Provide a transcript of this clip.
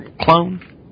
clone